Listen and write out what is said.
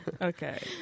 Okay